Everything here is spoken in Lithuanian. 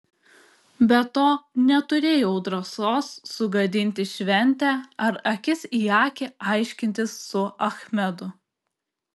be to neturėjau drąsos sugadinti šventę ar akis į akį aiškintis su achmedu